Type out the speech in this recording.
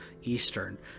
eastern